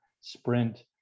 sprint